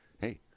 Hey